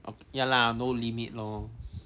oh ya lah no limit loh